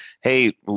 hey